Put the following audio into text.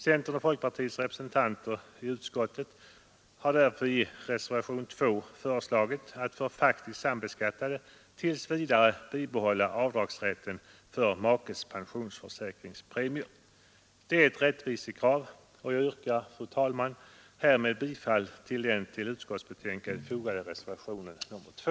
Centerns och folkpartiets representanter i utskottet har därför i reservationen 2 föreslagit att de faktiskt sambeskattade tills vidare bibehåller avdragsrätten för makes pensionsförsäkringspremie. Det är ett rättvisekrav, och jag yrkar, fru talman, bifall till den till utskottsbetänkandet fogade reservationen 2.